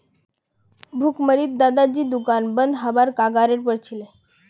भुखमरीत दादाजीर दुकान बंद हबार कगारेर पर छिले